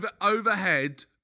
overhead